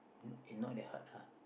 not eh not that hard lah